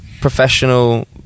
professional